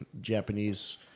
Japanese